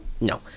No